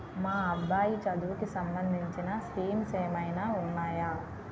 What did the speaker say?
మా అబ్బాయి చదువుకి సంబందించిన స్కీమ్స్ ఏమైనా ఉన్నాయా?